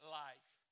life